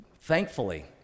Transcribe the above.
thankfully